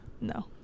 no